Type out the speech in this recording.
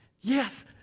yes